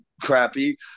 crappy